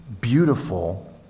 beautiful